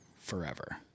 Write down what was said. forever